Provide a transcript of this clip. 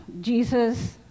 Jesus